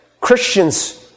Christians